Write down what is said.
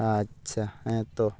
ᱟᱪᱪᱷᱟ ᱦᱮᱸ ᱛᱚ